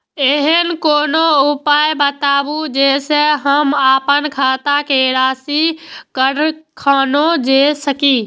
ऐहन कोनो उपाय बताबु जै से हम आपन खाता के राशी कखनो जै सकी?